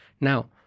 Now